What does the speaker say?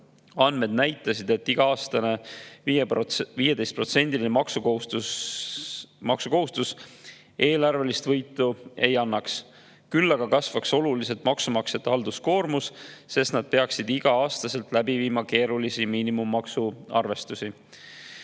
Andmed näitasid, et iga-aastane 15%-line maksukohustus eelarvelist võitu ei annaks, küll aga kasvaks oluliselt maksumaksjate halduskoormus, sest nad peaksid iga-aastaselt läbi viima keerulisi miinimummaksu arvestusi.